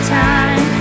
time